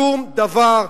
שום דבר,